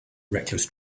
reckless